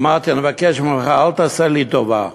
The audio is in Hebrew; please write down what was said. אמרתי: אני מבקש ממך, אל תעשה לי טובה,